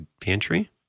pantry